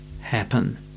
happen